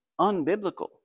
unbiblical